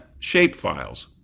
shapefiles